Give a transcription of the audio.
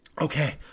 okay